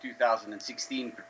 2016